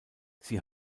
sie